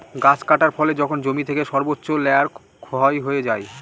গাছ কাটার ফলে যখন জমি থেকে সর্বোচ্চ লেয়ার ক্ষয় হয়ে যায়